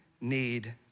need